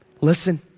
Listen